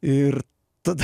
ir tada